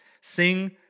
Sing